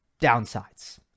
downsides